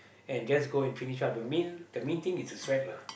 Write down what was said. and just go and finish up the main the main thing is to sweat lah